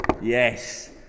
Yes